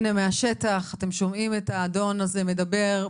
הנה מהשטח אתם שומעים את האדון הזה מדבר,